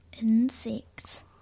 Insects